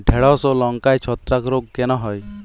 ঢ্যেড়স ও লঙ্কায় ছত্রাক রোগ কেন হয়?